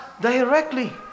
directly